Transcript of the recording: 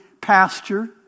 pasture